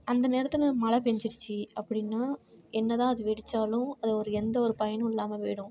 அந்த நேரத்தில் மழை பெஞ்சிருச்சி அப்படினா என்ன தான் அது வெடிச்சாலும் அது ஒரு எந்த ஒரு பயனும் இல்லாமல் போயிடும்